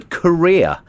career